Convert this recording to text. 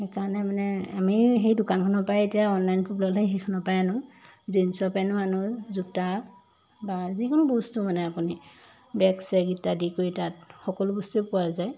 সেইকাৰণে মানে আমি সেই দোকানখনৰ পৰাই এতিয়া অনলাইন খুব ল'লে সেইখনৰ পৰাই আনো জিন্সৰ পেণ্টো আনো জোতা বা যিকোনো বস্তু মানে আপুনি বেগ চেক ইত্যাদি কৰি তাত সকলো বস্তু পোৱা যায়